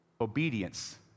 obedience